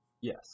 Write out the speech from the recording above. yes